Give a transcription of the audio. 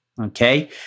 Okay